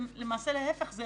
להפך, זה